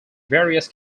various